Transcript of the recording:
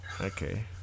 Okay